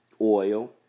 oil